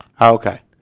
Okay